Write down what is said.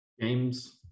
james